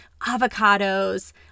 avocados